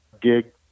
gig